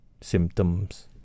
symptoms